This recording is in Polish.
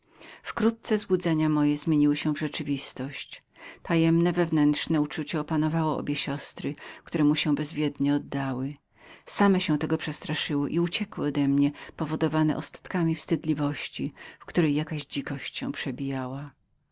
wkrótce marzenia moje zmieniły się w rzeczywistość tajemne wewnętrzne uczucie opanowało obie siostry które oddały mu się bez własnej świadomości one same przestraszyły się i uciekły odemnie z bojaźnią w której jakaś dzikość się przebijała